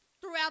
throughout